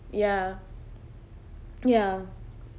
ya ya